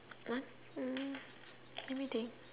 uh let me let me think